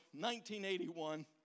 1981